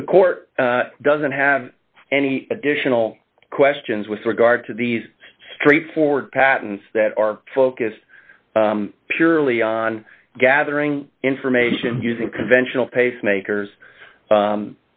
but the court doesn't have any additional questions with regard to these straightforward patents that are focused purely on gathering information using conventional pacemakers